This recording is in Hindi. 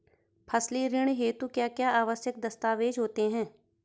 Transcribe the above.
फसली ऋण हेतु क्या क्या आवश्यक दस्तावेज़ होते हैं?